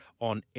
on